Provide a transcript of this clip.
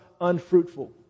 unfruitful